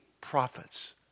prophets